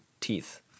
teeth